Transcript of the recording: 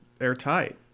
airtight